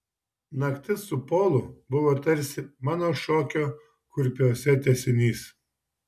naktis su polu buvo tarsi mano šokio kurpiuose tęsinys